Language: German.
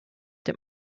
dem